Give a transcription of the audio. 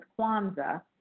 Kwanzaa